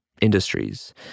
industries